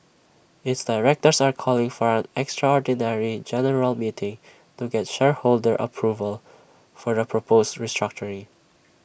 its directors are calling for an extraordinary general meeting to get shareholder approval for the proposed restructuring